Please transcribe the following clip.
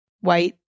white